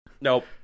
Nope